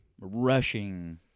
rushing